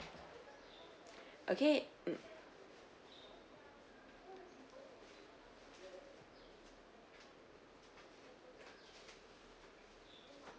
okay mm